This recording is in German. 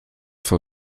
vor